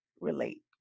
relate